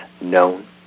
known